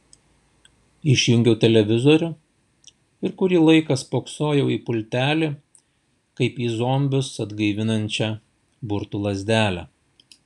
išjungiau televizorių ir kurį laiką spoksojau į pultelį kaip į zombius atgaivinančią burtų lazdelę